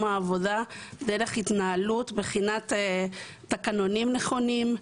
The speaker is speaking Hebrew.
העבודה דרך התנהלות מבחינת תקנונים נכונים.